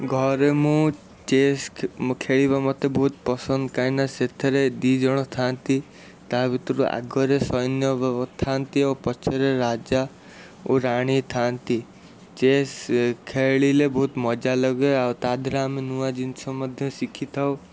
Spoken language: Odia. ଘରେ ମୁଁ ଚେସ୍ ଖେଳିବା ମୋତେ ବହୁତ ପସନ୍ଦ କାହିଁକିନା ସେଥିରେ ଦୁଇ ଜଣ ଥାଆନ୍ତି ତା ଭିତରୁ ଆଗରେ ସୈନ୍ୟ ଥାଆନ୍ତି ଓ ପଛରେ ରାଜା ଓ ରାଣୀ ଥାଆନ୍ତି ଚେସ୍ ଖେଳିଲେ ବହୁତ ମଜା ଲଗେ ଆଉ ତା ଦିହରେ ଆମେ ନୂଆ ଜିନିଷ ମଧ୍ୟ ଶିଖିଥାଉ